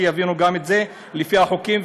שיבינו גם את זה לפי החוקים,